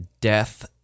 death